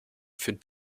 führt